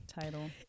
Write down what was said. title